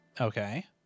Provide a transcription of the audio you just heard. Okay